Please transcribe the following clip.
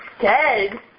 dead